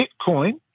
bitcoin